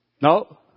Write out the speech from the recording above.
No